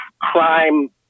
crime